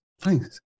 thanks